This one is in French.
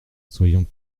soyons